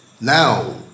Now